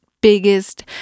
biggest